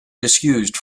disused